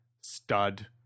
Stud